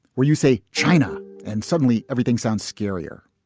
where you say china and suddenly everything sound scarier.